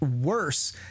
worse